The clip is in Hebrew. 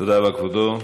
תודה רבה, כבודו.